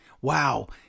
Wow